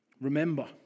Remember